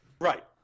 Right